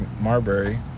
marbury